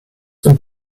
und